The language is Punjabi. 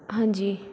ਹਾਂਜੀ